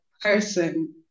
person